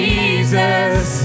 Jesus